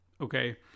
Okay